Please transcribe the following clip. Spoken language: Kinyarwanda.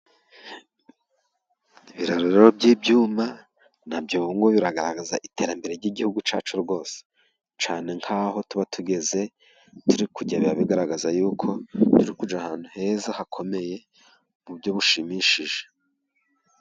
Ibiraro by'ibyuma, nabyo bigaragaza iterambere, ry'igihugu cacu rwose, cyane nkaho tuba tugeze, turi kujya biba bigaragaza yuko, turikujya ahantu heza hakomeye, mu buryo bushimishije.